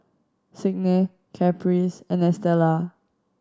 Signe Caprice and Estela